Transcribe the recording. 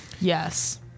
Yes